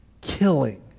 killing